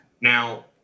Now